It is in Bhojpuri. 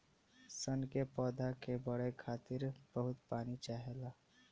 सन के पौधा के बढ़े खातिर बहुत पानी चाहला